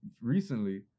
recently